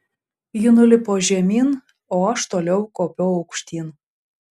ji nulipo žemyn o aš toliau kopiau aukštyn